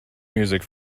music